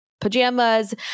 pajamas